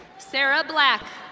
sarah black.